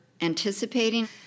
anticipating